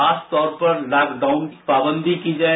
खासतौर पर लॉकडाउन की पाबंदी की जाए